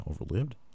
overlived